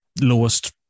lowest